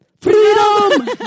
Freedom